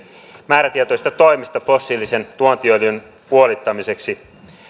määrätietoisista toimista fossiilisen tuontiöljyn puolittamiseksi